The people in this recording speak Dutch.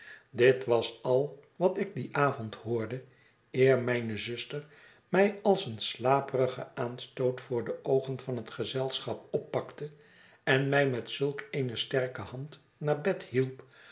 dit was al wat ik dien avond hoorde eer mijne zuster mij als een slaperigen aanstoot voor de oogen van het gezelschap oppakte en mij met zulk eene sterke hand naar bed hielp